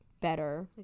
better